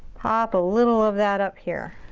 pop a little of that up here.